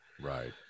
right